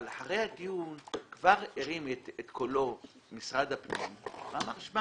אבל אחרי הדיון כבר הרים את קולו משרד הפנים ואמר --- איזה משרד?